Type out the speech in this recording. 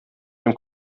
dem